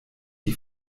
die